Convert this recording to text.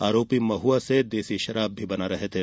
आरोपी महुआ से देशी शराब भी बना रहे थे